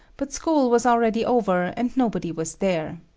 but school was already over and nobody was there.